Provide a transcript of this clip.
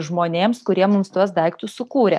žmonėms kurie mums tuos daiktus sukūrė